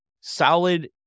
solid